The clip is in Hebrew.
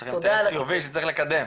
יש לכם אינטרס חיובי שצריך לקדם.